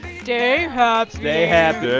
stay happy stay happy